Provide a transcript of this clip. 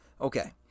okay